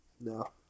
No